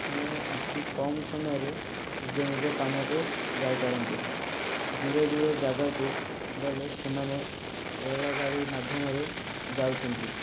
ସେମାନେ ଅତି କମ୍ ସମୟରେ ନିଜ ନିଜ କାମକୁ ଯାଇପାରନ୍ତି ଦୂରଦୂର ଯାଗାକୁ ଗଲେ ସେମାନେ ରେଳଗାଡ଼ି ମାଧ୍ୟମରେ ଯାଉଛନ୍ତି